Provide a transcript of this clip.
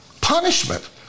punishment